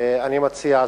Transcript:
אני מציע,